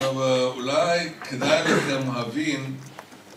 ‫אבל אולי כדאי לכם להבין...